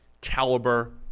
caliber